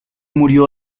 murió